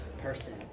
person